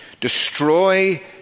destroy